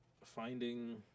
finding